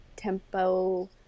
Tempo